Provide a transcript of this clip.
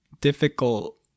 difficult